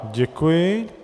Děkuji.